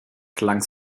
klang